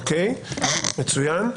מצוין.